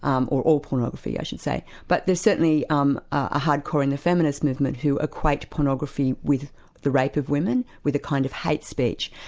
um or all pornography i should say, but there's certainly um a hard core in the feminist movement who equate pornography with the rape of women, with a kind of hate speech.